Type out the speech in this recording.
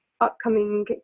upcoming